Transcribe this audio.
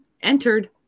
Entered